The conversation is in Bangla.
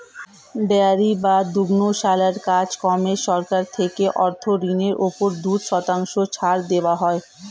ডেয়ারি বা দুগ্ধশালার কাজ কর্মে সরকার থেকে অর্থ ঋণের উপর দুই শতাংশ ছাড় দেওয়া হয়